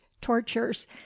tortures